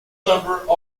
number